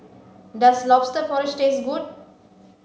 does lobster porridge taste good